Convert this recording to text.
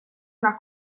una